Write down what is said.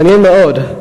מעניין מאוד.